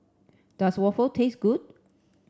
does waffle taste good